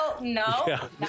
No